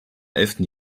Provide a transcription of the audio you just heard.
elften